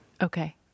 Okay